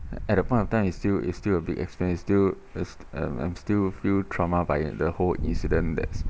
at that point of time it's still it's still a big experience still I'm I'm still feel trauma by the whole incident that's